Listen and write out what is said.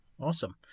Awesome